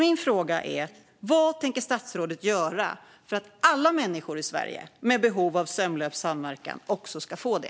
Min fråga är därför: Vad tänker statsrådet göra för att alla människor i Sverige med behov av sömlös samverkan också ska få det?